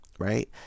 right